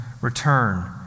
return